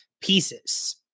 pieces